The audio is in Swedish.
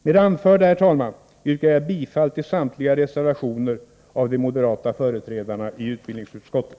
Med det anförda, herr talman, yrkar jag bifall till samtliga reservationer av de moderata företrädarna i utbildningsutskottet.